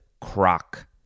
croc